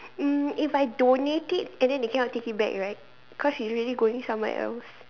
mm if I donate it and then they cannot take it back right cause it's really going somewhere else